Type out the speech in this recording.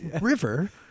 River